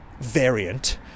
variant